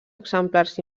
exemplars